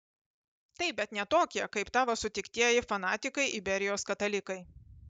taip bet ne tokie kaip tavo sutiktieji fanatikai iberijos katalikai